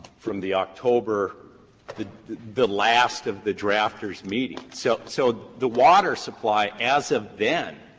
from the october the the last of the drafters meetings. so so, the water supply as of then,